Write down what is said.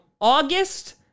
August